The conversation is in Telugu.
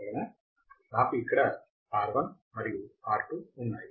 నాకు ఇక్కడ R1 మరియు R2 ఉన్నాయి